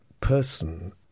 person